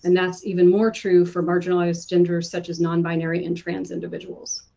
and that's even more true for marginalized genders such as nonbinary and trans individuals.